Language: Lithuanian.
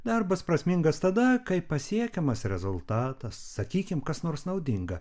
darbas prasmingas tada kai pasiekiamas rezultatas sakykim kas nors naudinga